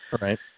right